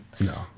No